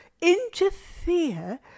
interfere